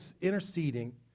interceding